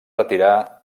retirar